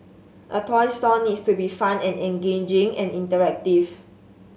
a toy store needs to be fun and engaging and interactive